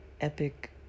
epic